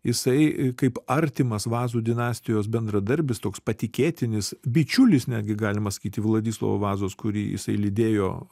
jisai kaip artimas vazų dinastijos bendradarbis toks patikėtinis bičiulis netgi galima sakyti vladislovo vazos kurį jisai lydėjo